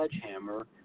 sledgehammer